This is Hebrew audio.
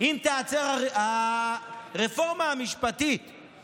אם הרפורמה המשפטית תיעצר.